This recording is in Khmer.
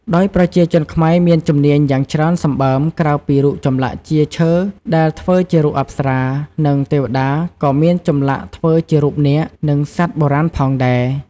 ដោយប្រជាជនខ្មែរមានជំនាញយ៉ាងច្រើនសម្បើមក្រៅពីរូបចម្លាក់ជាឈើដែលធ្វើជារូបអប្សរា និងទេវតាក៏មាន ចម្លាក់ធ្វើជារូបនាគ និងសត្វបុរាណផងដែរ។